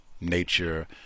nature